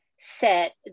set